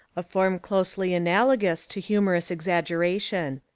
a form closely analogous to humorous exaggeration